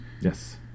yes